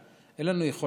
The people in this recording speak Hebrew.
על זה אין לנו שליטה.